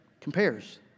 compares